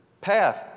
path